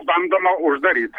bandoma uždaryt